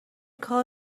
کار